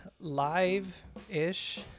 live-ish